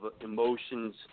emotions